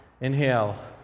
inhale